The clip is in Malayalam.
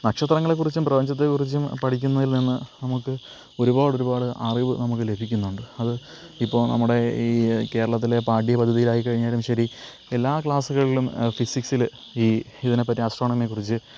നക്ഷത്രങ്ങളെ കുറിച്ചും പ്രപഞ്ചത്തെ കുറിച്ചും പഠിക്കുന്നതിൽ നിന്ന് നമുക്ക് ഒരുപാട് ഒരുപാട് അറിവ് നമുക്ക് ലഭിക്കുന്നുണ്ട് അത് ഇപ്പോൾ നമ്മുടെ ഈ കേരളത്തിലെ പാഠ്യപദ്ധതിയിലായിക്കഴിഞ്ഞാലും ശരി എല്ലാ ക്ലാസ്സുകളിലും ഫിസിക്സിൽ ഈ ഇതിനെ പറ്റി അസ്ട്രോണമിയെക്കുറിച്ച്